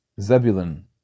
Zebulun